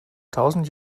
tausend